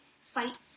fight